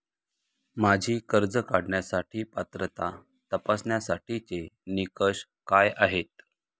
माझी कर्ज काढण्यासाठी पात्रता तपासण्यासाठीचे निकष काय आहेत?